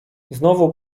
znowu